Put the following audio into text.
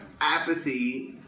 apathy